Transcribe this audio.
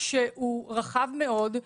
רחב מאוד,